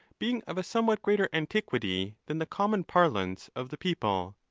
being of a some what greater antiquity than the common parlance of the people.